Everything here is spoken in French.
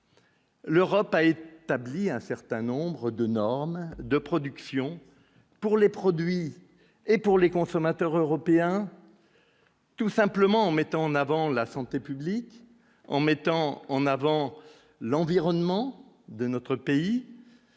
L'Europe a été établi un certain nombre de normes de production pour les produits et pour les consommateurs européens, tout simplement en mettant en avant la santé publique en mettant en avant l'environnement de notre pays.